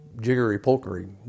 jiggery-pokery